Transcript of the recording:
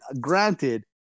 granted